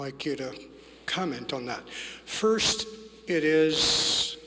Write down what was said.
like you to comment on that first it is